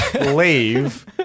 leave